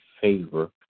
favor